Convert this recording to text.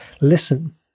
listen